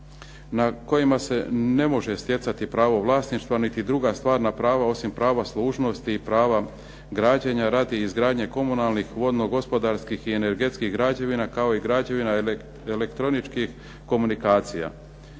na kojima se ne može stjecati pravo vlasništva niti druga stvarnog prava osim prava služnosti i prava građenja radi izgradnje komunalnih, vodno gospodarskih i energetskih građevina kao i građevina elektroničkih komunikacija.